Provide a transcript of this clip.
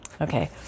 okay